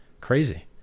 crazy